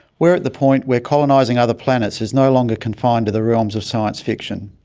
we're at the point where colonising other planets is no longer confined to the realms of science fiction.